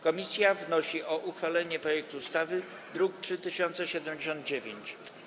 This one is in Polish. Komisja wnosi o uchwalenie projektu ustawy, druk nr 3079.